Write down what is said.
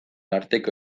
arteko